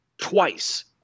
twice